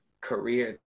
career